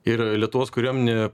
ir lietuvos kariuomenė